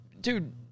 Dude